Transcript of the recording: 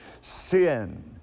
sin